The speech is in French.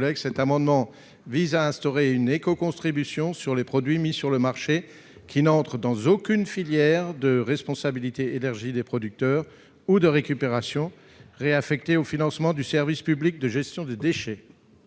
rectifié. Cet amendement vise à instaurer une écocontribution sur les produits mis sur le marché qui n'entrent dans aucune filière de responsabilité élargie des producteurs (REP) ou de récupération, réaffectée au financement du service public de gestion des déchets.